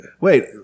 Wait